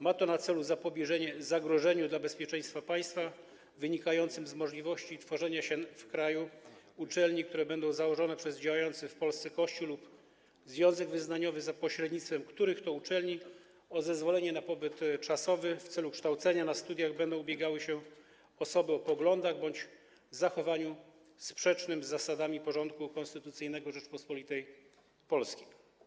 Ma to na celu zapobieżenie zagrożeniu dla bezpieczeństwa państwa wynikającemu z możliwości tworzenia się w kraju uczelni zakładanych przez działający w Polsce Kościół lub związek wyznaniowy, za pośrednictwem których o zezwolenie na pobyt czasowy w celu kształcenia na studiach będą ubiegały się osoby o poglądach bądź zachowaniu sprzecznych z zasadami porządku konstytucyjnego Rzeczypospolitej Polskiej.